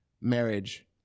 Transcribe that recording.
marriage